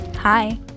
Hi